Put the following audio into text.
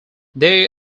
they